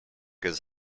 his